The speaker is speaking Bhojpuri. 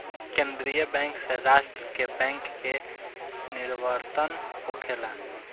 केंद्रीय बैंक से राष्ट्र के बैंक के निवर्तन होखेला